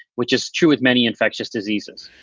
which is true with many infectious diseases